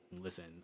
listen